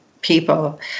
people